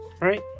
right